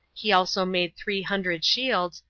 he also made three hundred shields,